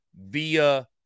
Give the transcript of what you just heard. via